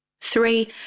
Three